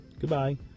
Goodbye